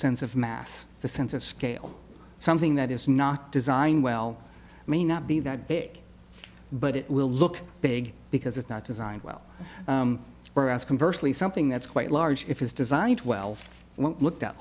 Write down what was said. sense of mass the sense of scale something that is not designed well may not be that big but it will look big because it's not designed well we're asking firstly something that's quite large if it's designed well looked at